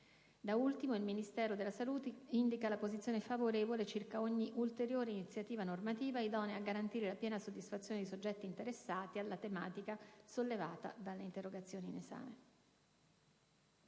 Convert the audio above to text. Da ultimo, il Ministero della salute indica la posizione favorevole circa ogni ulteriore iniziativa normativa idonea a garantire la piena soddisfazione dei soggetti interessati alla tematica sollevata dall'interrogazione in esame.